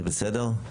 זה בסדר?